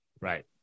right